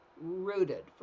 rooted